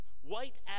white